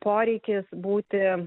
poreikis būti